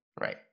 right